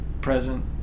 present